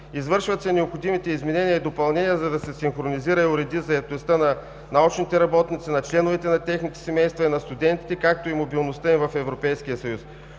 Извършват се необходимите изменения и допълнения, за да се синхронизира и уреди заетостта на общите работници, на членовете на техните семейства и на студентите, както и мобилността им в Европейския съюз.